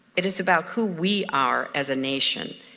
it is about who we are as a nation.